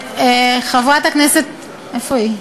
חברת הכנסת עליזה לביא,